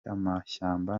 amashyamba